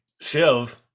Shiv